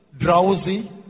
drowsy